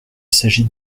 s’agit